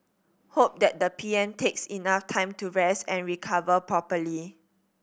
hope that the P M takes enough time to rest and recover properly